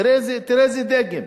תראה איזה דגם,